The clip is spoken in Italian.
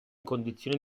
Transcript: condizioni